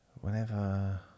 Whenever